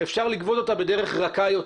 אפשר לגבות אותה בדרך רכה יותר.